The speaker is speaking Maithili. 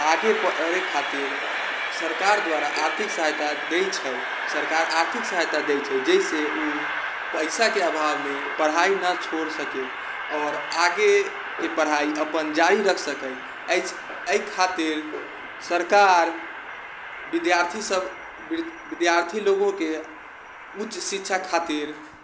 आगे पढ़ै खातिर सरकार द्वारा आर्थिक सहायता दै छै सरकार आ आर्थिक सहायता दै छै जाहिसँ ओ पैसाके अभावमे पढ़ाइ नहि छोड़ि सके आओर आगेके पढ़ाइ अपन जारी रख सकए एहि एहि खातिर सरकार विद्यार्थी सभ विद्यार्थी लोगोके उच्च शिक्षा खातिर